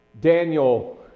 Daniel